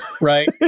Right